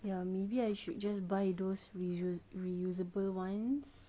ya maybe I should just by those reuse~ reusable ones